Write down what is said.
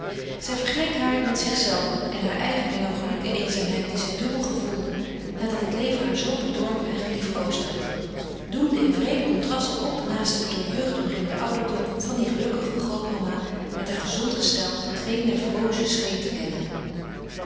vergeleek haar met zichzelve en haar eigen melancholieke eenzaamheid die zij dubbel gevoelde nadat het leven haar zoo bedorven en geliefkoosd had doemde in wreed contrast op naast den door jeugd omringden ouderdom van die gelukkige grootmama met haar gezond gestel dat geen nevroze scheen te kennen